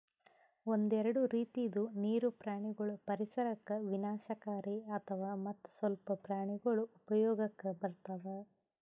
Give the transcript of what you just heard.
ಒಂದೆರಡು ರೀತಿದು ನೀರು ಪ್ರಾಣಿಗೊಳ್ ಪರಿಸರಕ್ ವಿನಾಶಕಾರಿ ಆತವ್ ಮತ್ತ್ ಸ್ವಲ್ಪ ಪ್ರಾಣಿಗೊಳ್ ಉಪಯೋಗಕ್ ಬರ್ತವ್